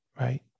right